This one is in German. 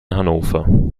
hannover